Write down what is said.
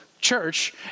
church